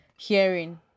Hearing